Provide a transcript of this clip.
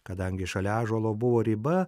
kadangi šalia ąžuolo buvo riba